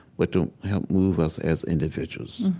but to help move us as individuals,